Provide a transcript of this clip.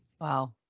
Wow